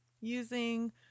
using